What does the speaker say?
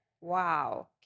Wow